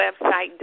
website